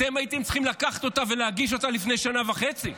אתם הייתם צריכים לקחת אותה ולהגיש אותה לפני שנה וחצי,